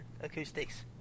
acoustics